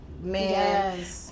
man